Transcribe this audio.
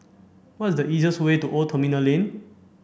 what is the easiest way to Old Terminal Lane